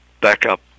backup